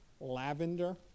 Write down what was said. lavender